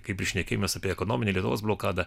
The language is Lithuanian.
kaip ir šnekėjomės apie ekonominę lietuvos blokadą